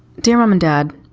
dear mom and dad.